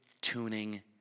tuning